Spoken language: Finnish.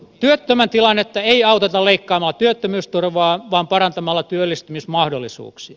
työttömän tilannetta ei auteta leikkaamalla työttömyysturvaa vaan parantamalla työllistymismahdollisuuksia